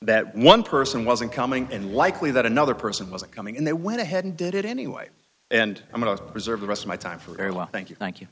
that one person wasn't coming and likely that another person wasn't coming and they went ahead and did it anyway and i'm going to reserve the rest of my time for airlines thank you thank you